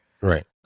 Right